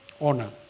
honor